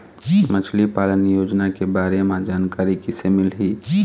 मछली पालन योजना के बारे म जानकारी किसे मिलही?